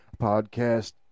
podcast